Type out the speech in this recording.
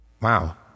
Wow